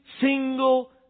single